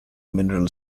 mineral